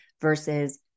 versus